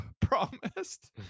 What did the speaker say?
promised